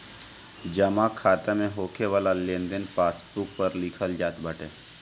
जमा खाता में होके वाला लेनदेन पासबुक पअ लिखल जात बाटे